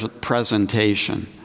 presentation